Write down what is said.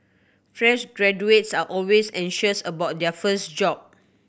fresh graduates are always anxious about their first job